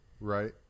right